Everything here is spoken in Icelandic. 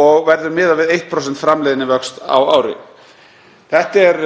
og verður miðað við 1% framleiðnivöxt á ári. Þetta er